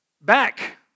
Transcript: back